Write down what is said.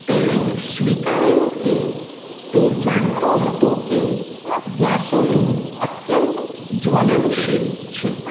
તેણે સ્વીકાર્યું કે તે જાણતો હતો કે ગેસોલિન અત્યંત જ્વલનશીલ છે